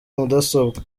mudasobwa